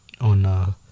on